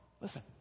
Listen